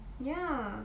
ya